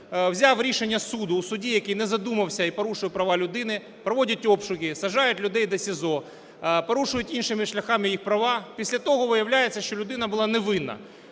взяв рішення суду у судді, який не задумався і порушив права людини, проводять обшуку, саджають людей до СІЗО, порушують іншими шляхами їх права. Після того виявляється, що людина була невинна.